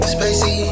Spicy